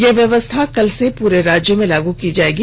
यह व्यवस्था कल से पूरे राज्य में लागू की जाएगी